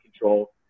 control